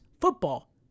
football